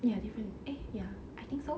ya different eh ya I think so